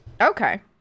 okay